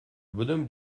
bonhomme